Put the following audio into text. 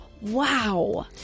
wow